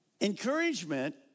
encouragement